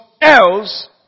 else